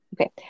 Okay